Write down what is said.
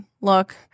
look